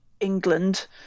England